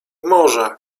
morze